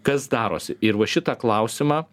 kas darosi ir va šitą klausimą